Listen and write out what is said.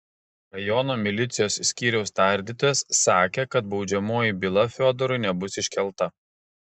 rajono milicijos skyriaus tardytojas sakė kad baudžiamoji byla fiodorui nebus iškelta